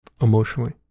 Emotionally